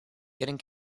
getting